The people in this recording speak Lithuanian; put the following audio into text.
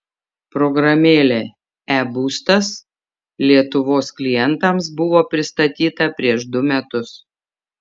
programėlė e būstas lietuvos klientams buvo pristatyta prieš du metus